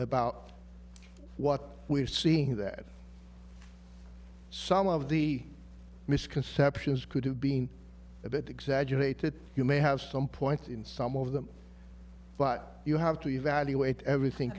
about what we are seeing that some of the misconceptions could have been a bit exaggerated you may have some points in some of them but you have to evaluate everything